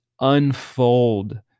unfold